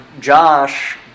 Josh